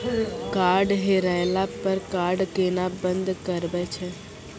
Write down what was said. Card हेरैला पर card केना बंद करबै छै?